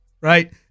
right